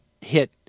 hit